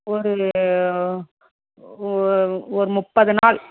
ஒரு ஒர் ஒரு முப்பது நாள்